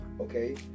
Okay